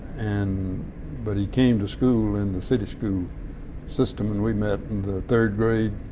and but he came to school in the city school system and we met in the third grade